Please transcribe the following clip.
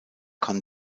kann